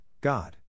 God